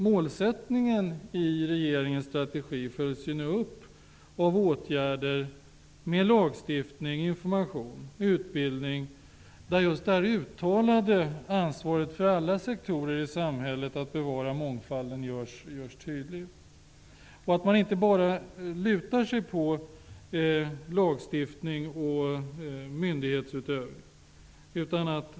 Målen i regeringens strategi följs nu upp av åtgärder i form av lagstiftning, information och utbildning. Det uttalade ansvaret för alla sektorer i samhället för att bevara mångfalden görs tydligt, så att man inte bara förlitar sig på lagstiftning och myndighetsutövning.